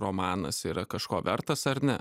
romanas yra kažko vertas ar ne